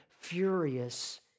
furious